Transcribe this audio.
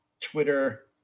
Twitter